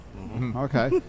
Okay